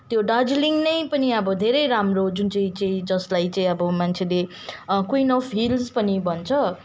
त्यो दार्जिलिङ नै पनि अब धेरै राम्रो जुन चाहिँ चाहिँ जसलाई चाहिँ अब मान्छेले क्विन अफ् हिल्स पनि भन्छ